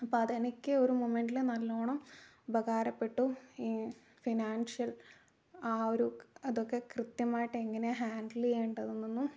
അപ്പം അതെനിക്ക് ഒരു മൊമെൻ്റിൽ നല്ലോണം ഉപകാരപ്പെട്ടു ഈ ഫിനാൻഷ്യൽ ആ ഒരു അതൊക്കെ കൃത്യമായിട്ട് എങ്ങനെ ഹാൻഡിൽ ചെയ്യേണ്ടത് എന്നും